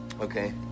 Okay